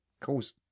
cause